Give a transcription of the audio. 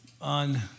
on